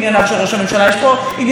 אבל אם הם באיזושהי צורה פוגעים בראש